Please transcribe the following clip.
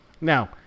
Now